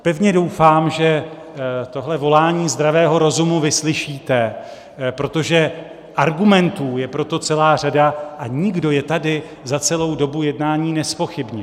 Pevně doufám, že tohle volání zdravého rozumu vyslyšíte, protože argumentů je pro to celá řada a nikdo je tady za celou dobu jednání nezpochybnil.